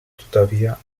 tuttavia